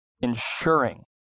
ensuring